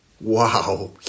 wow